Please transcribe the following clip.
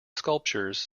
sculptures